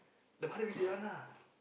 the mother really that one ah